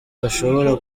bashobora